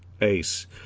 Ace